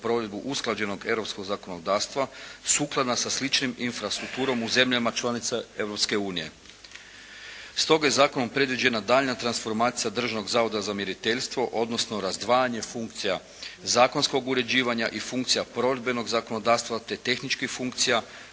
provedbu usklađenog europskog zakonodavstva sukladna sa sličnim infrastrukturom u zemljama članicama Europske unije. Stoga je zakonom predviđena daljnja transformacija Državnog zavoda za mjeriteljstvo odnosno razdvajanje funkcija zakonskog uređivanja i funkcija provedbenog zakonodavstva te tehničkih funkcija